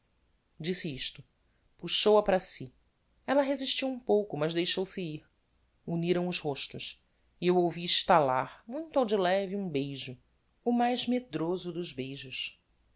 disse isto puxou-a para si ella resistiu um pouco mas deixou-se ir uniram os rostos e eu ouvi estalar muito ao de leve um beijo o mais medroso dos beijos